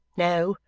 no,